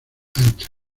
anchas